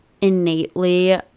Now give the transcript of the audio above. innately